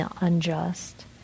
unjust